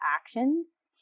actions